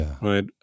right